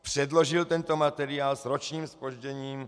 Předložil tento materiál s ročním zpožděním.